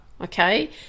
Okay